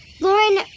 Lauren